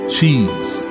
Cheese